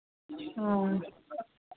वह